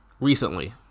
recently